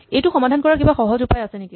এইটো সমাধান কৰাৰ কিবা সহজ উপায় আছে নেকি